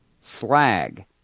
slag